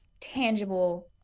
tangible